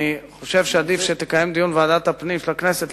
אני חושב שעדיף שתקיים דיון בוועדת הפנים של הכנסת,